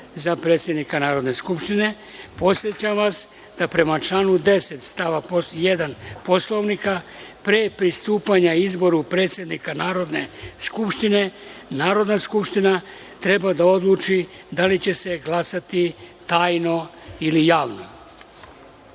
za predsednika Narodne skupštine, podsećam vas da prema članu 10. stava 1. Poslovnika pre pristupanja izboru predsednika Narodne skupštine, Narodna skupština treba da odluči da li će se glasati tajno ili javno. Ako